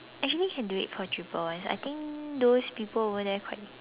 actually can do it for cheaper ones I think those people over there quite